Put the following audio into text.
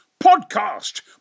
Podcast